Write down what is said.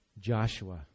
Joshua